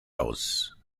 aus